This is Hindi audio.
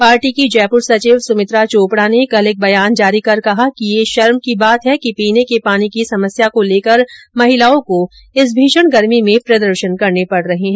पार्टी की जयपुर सचिव सुमित्रा चौपड़ा ने कल एक बयान जारी कर कहा कि यह शर्म की बात है कि पीने के पानी की समस्या को लेकर महिलाओं को इस भीषण गर्मी में प्रदर्शन करने पड़ रहे हैं